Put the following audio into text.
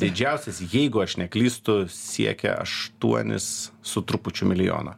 nors didžiausias jeigu aš neklystu siekia aštuonis su trupučiu milijono